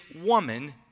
woman